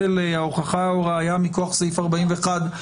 ההיבט האחד,